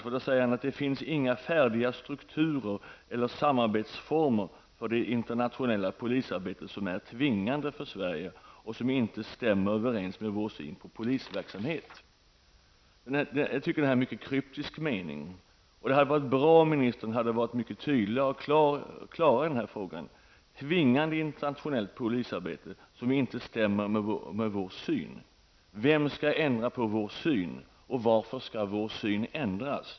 Han säger: ''Det finns inga färdiga strukturer eller samarbetsformer för det internationella polisarbetet som är tvingande för Sverige och som inte stämmer överens med vår syn på polisverksamheten''. Jag anser att denna mening är mycket kryptisk. Det hade varit bra om ministern hade varit tydligare och uttryckt sig mera klart. Vem skall ändra på vår syn? Varför skall vår syn ändras?